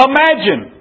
Imagine